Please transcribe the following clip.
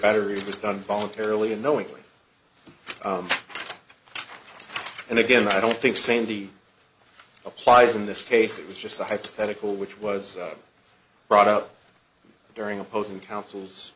battery was done voluntarily and knowingly and again i don't think sandy applies in this case it was just a hypothetical which was brought up during opposing coun